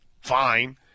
fine